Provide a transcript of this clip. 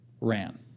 Ran